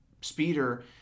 speeder